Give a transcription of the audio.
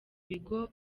bigo